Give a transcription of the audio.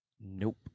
Nope